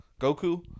Goku